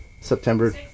September